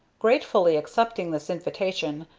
gratefully accepting this invitation,